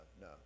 no